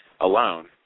Alone